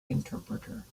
interpreter